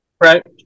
Right